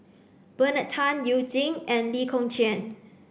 Bernard Tan You Jin and Lee Kong Chian